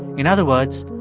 in other words,